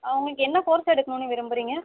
அவங்களுக்கு என்ன கோர்ஸ் எடுக்கணும்ன்னு விரும்புறீங்க